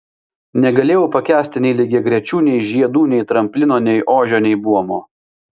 negalėjau pakęsti nei lygiagrečių nei žiedų nei tramplino nei ožio nei buomo